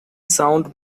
sound